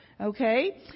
Okay